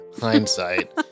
Hindsight